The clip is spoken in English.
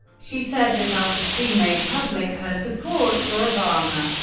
she said that after she made public her support for obama,